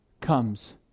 comes